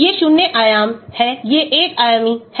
ये शून्य आयाम हैं ये एक आयामी हैं